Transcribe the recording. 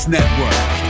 Network